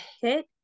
hit